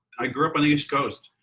i grew up on the east coast.